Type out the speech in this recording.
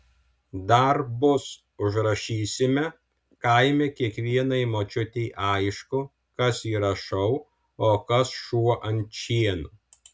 dar bus užrašysime kaime kiekvienai močiutei aišku kas yra šou o kas šuo ant šieno